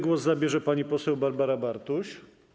Głos zabierze pani poseł Barbara Bartuś.